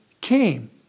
came